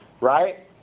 right